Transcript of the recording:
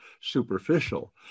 superficial